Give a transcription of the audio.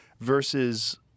versus